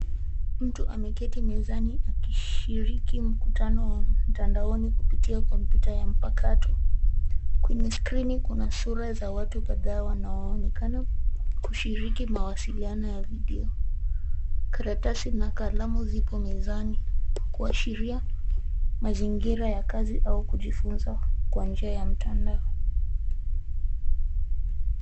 Mtu ameketi mezani akishiriki mkutano wa mtandaoni kupitia kompyuta ya mpakato. Kwenye skrini kuna sura za watu kadhaa wanaoonekana kushiriki mawasiliano ya video. Karatasi na kalamu zipo mezani, kuashiria mazingira ya kazi au kujifunza kwa njia ya mtandao.